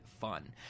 fun